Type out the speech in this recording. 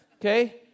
Okay